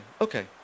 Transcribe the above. Okay